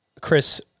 Chris